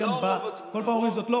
זה לא רוב התמונה.